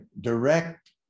direct